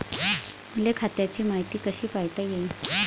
मले खात्याची मायती कशी पायता येईन?